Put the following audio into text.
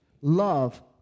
love